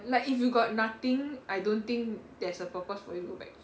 like if you got nothing I don't think there's a purpose for you to go back to school